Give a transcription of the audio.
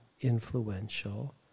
influential